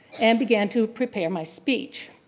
and began to prepare my speech.